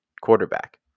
quarterback